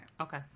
Okay